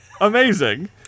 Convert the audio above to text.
amazing